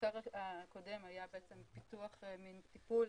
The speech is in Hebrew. המחקר הקודם היה פיתוח טיפול